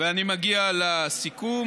ואני מגיע לסיכום.